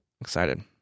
excited